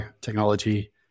technology